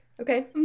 okay